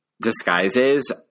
disguises